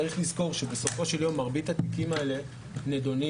צריך לזכור שבסופו של יום מרבית התיקים האלה נדונים